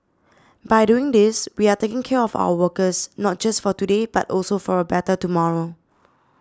by doing these we are taking care of our workers not just for today but also for a better tomorrow